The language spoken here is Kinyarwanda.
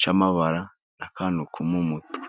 cy'amabara n'akantu ko mu mutwe.